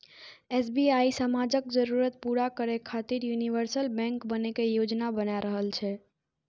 SBI समाजक जरूरत पूरा करै खातिर यूनिवर्सल बैंक बनै के योजना बना रहल छै